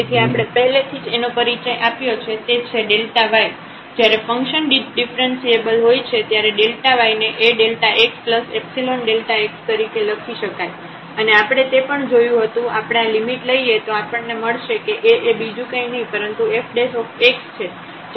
તેથી આપણે પહેલેથી જ જેનો પરિચય આપ્યો છે તે છે y જ્યારે ફંકશન ડિફ્રન્સિએબલ હોય છે ત્યારે y ને AΔxϵΔxતરીકે લખી શકાય અને આપણે તે પણ જોયું હતું આપણે આ લિમિટ લઈએ તો આપણને મળશે કે A એ બીજું કંઈ નહીં પરંતુ fx છે